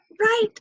right